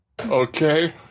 Okay